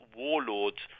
warlords